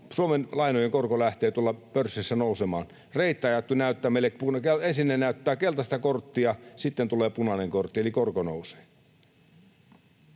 Suomen lainojen korko lähtee tuolla pörssissä nousemaan, reittaajat näyttävät meille ensin keltaista korttia, ja sitten tulee punainen kortti, eli korko nousee.